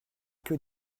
que